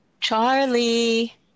Charlie